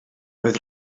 oedd